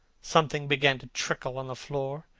something began to trickle on the floor.